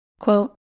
Quote